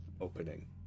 opening